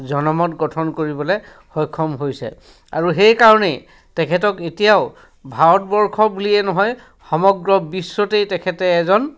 জনমত গঠন কৰিবলৈ সক্ষম হৈছে আৰু সেইকাৰণেই তেখেতক এতিয়াও ভাৰতবৰ্ষ বুলিয়ে নহয় সমগ্ৰ বিশ্বতেই তেখেতে এজন